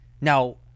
now